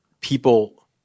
people